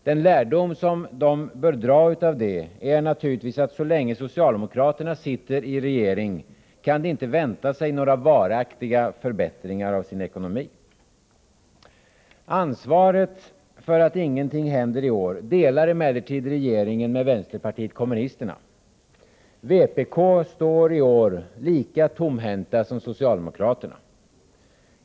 Den lärdom som barnfamiljerna bör dra av detta är naturligtvis att så länge socialdemokraterna sitter i regering kan de inte vänta sig några varaktiga förbättringar av sin ekonomi. Ansvaret för att ingenting händer i år delar emellertid regeringen med vänsterpartiet kommunisterna. Vpk står i år lika tomhänt som socialdemokraterna.